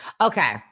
Okay